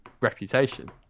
reputation